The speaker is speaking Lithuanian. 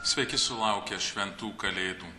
sveiki sulaukę šventų kalėdų